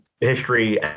history